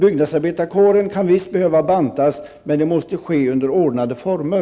Byggnadsarbetarkåren kan behöva bantas. Men det måste ske under ordnade former.